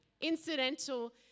Incidental